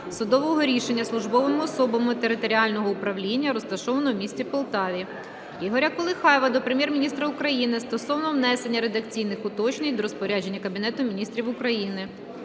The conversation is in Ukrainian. судового рішення службовими особами територіального управління, розташованого у місті Полтаві. Ігоря Колихаємова до Прем'єр-міністра України стосовно внесення редакційних уточнень до розпорядження Кабінету Міністрів України.